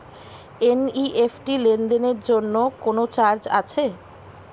NEFT লেনদেনের জন্য কোন চার্জ আছে?